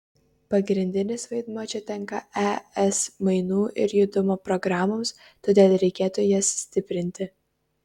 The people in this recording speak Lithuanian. pagrindinis vaidmuo čia tenka es mainų ir judumo programoms todėl reikėtų jas stiprinti